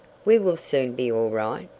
we will soon be all right.